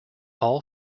all